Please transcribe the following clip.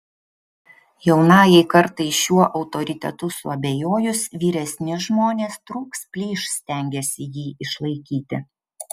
jaunajai kartai šiuo autoritetu suabejojus vyresni žmonės trūks plyš stengiasi jį išlaikyti